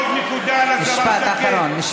עוד נקודה לשרה שקד, משפט אחרון.